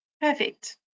Perfect